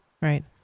Right